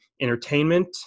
entertainment